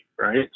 right